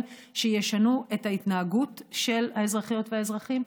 שישנו את ההתנהגות של האזרחיות והאזרחים,